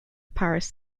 paris